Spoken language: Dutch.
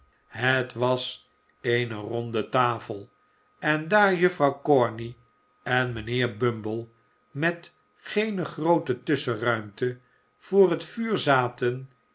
het was eene ronde tafel en daar juffrouw corney en mijnheer bumble met geen groote tusschenruimte voor het vuur zaten